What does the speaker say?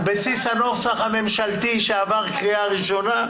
על בסיס הנוסח הממשלתי שעבר קריאה ראשונה.